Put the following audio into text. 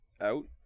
Out